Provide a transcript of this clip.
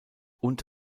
und